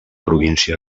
província